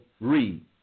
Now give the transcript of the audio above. read